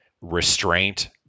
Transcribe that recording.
restraint